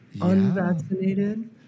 Unvaccinated